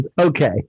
Okay